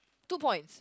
two points